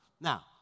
Now